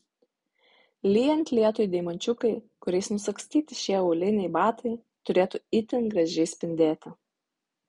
lyjant lietui deimančiukai kuriais nusagstyti šie auliniai batai turėtų itin gražiai spindėti